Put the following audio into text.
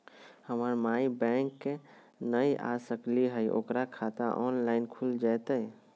हमर माई बैंक नई आ सकली हई, ओकर खाता ऑनलाइन खुल जयतई?